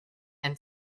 and